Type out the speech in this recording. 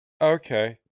Okay